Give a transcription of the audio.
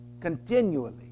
Continually